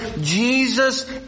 Jesus